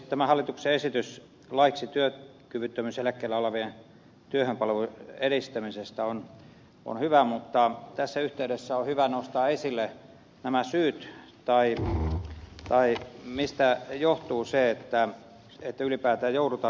tämä hallituksen esitys laiksi työkyvyttömyyseläkkeellä olevien työhönpaluun edistämisestä on hyvä mutta tässä yhteydessä on hyvä nostaa esille nämä syyt tai enemmän tai mistä johtuu se että ylipäätään joudutaan työkyvyttömyyseläkkeelle